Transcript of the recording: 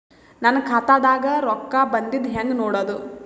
ನನ್ನ ಖಾತಾದಾಗ ರೊಕ್ಕ ಬಂದಿದ್ದ ಹೆಂಗ್ ನೋಡದು?